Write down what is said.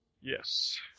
Yes